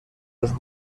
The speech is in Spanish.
los